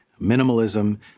Minimalism